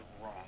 wrong